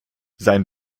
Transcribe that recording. sein